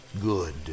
Good